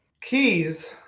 Keys